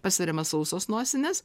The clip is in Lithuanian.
pasveriamos sausos nosinės